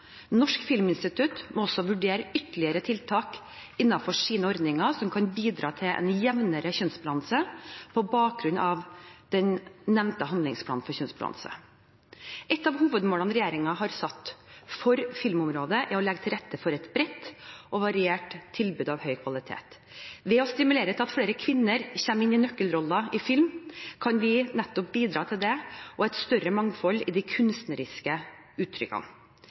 Norsk filminstitutt må også vurdere ytterligere tiltak innenfor sine ordninger som kan bidra til en jevnere kjønnsbalanse, på bakgrunn av den nevnte handlingsplan for kjønnsbalanse. Et av hovedmålene regjeringen har satt for filmområdet, er å legge til rette for et bredt og variert tilbud av høy kvalitet. Ved å stimulere til at flere kvinner kommer inn i nøkkelroller i film, kan vi bidra til det og til et større mangfold i de kunstneriske uttrykkene.